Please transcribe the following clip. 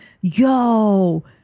yo